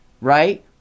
right